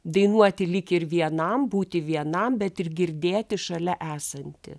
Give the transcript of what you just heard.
dainuoti lyg ir vienam būti vienam bet ir girdėti šalia esantį